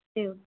एवं